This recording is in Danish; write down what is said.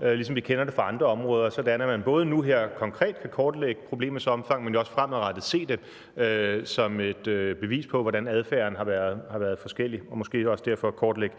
ligesom vi kender det fra andre områder, sådan at man både nu her konkret kan kortlægge problemets omfang, men også fremadrettet kan se det som et bevis på, hvordan adfærden har været forskellig, og derfor måske også kan kortlægge,